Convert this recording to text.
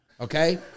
Okay